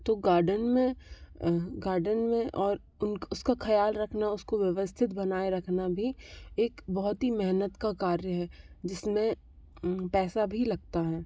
तो गार्डन में गार्डन में और उन उसका ख़याल रखना उसको व्यवस्थित बनाए रखना भी एक बहुत ही मेहनत का कार्य है जिस में पैसा भी लगता है